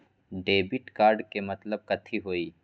Debit card के मतलब कथी होई?